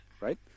Right